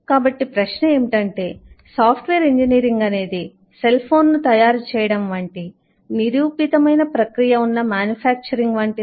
కాబట్టి ప్రశ్న ఏమిటంటే సాఫ్ట్వేర్ ఇంజనీరింగ్ అనేది సెల్ ఫోన్ను తయారు చేయడం వంటి నిరూపితమైన ప్రక్రియ ఉన్న మాన్యుఫాక్చరింగ్ వంటిదా